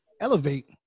elevate